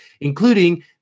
including